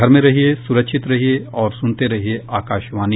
घर में रहिये सुरक्षित रहिये और सुनते रहिये आकाशवाणी